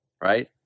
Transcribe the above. right